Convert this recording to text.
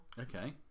Okay